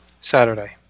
Saturday